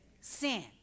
Sin